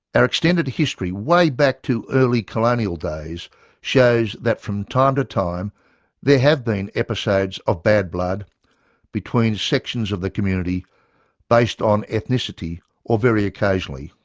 our extended history way back to early colonial days shows that from time to time there have been episodes of bad blood between sections of the community based on ethnicity or, very occasionally,